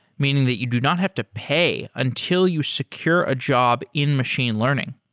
meaning that you do not have to pay until you secure a job in machine learning.